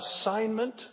assignment